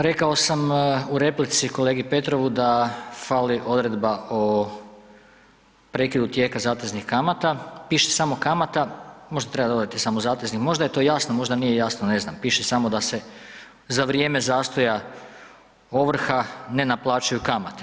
Rekao sam u replici kolegi Petrovu da fali odredba o prekidu tijeka zateznih kamata, piše samo kamata, možda treba dodati samo zateznih, možda je to jasno, možda nije jasno, ne znam, piše samo da se za vrijeme zastoja ovrha ne naplaćuju kamate.